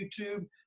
YouTube